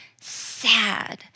sad